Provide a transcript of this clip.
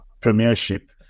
premiership